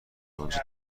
انجا